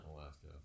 Alaska